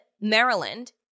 Maryland